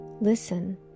Listen